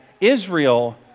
Israel